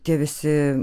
tie visi